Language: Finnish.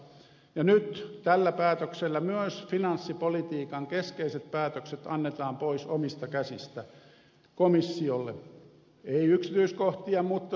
ja nyt tällä päätöksellä myös finanssipolitiikan keskeiset päätökset annetaan pois omista käsistä komissiolle ei yksityiskohtia mutta suuret linjat